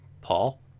Paul